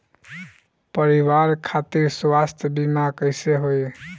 परिवार खातिर स्वास्थ्य बीमा कैसे होई?